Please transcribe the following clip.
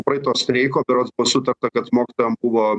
praeito streiko berods buvo sutarta kad mokytojam buvo